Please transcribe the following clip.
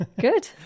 Good